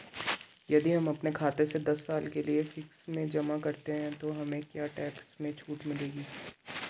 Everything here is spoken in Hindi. यदि हम अपने खाते से दस साल के लिए फिक्स में जमा करते हैं तो हमें क्या टैक्स में छूट मिलेगी?